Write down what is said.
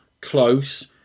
close